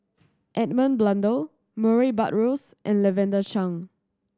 Edmund Blundell Murray Buttrose and Lavender Chang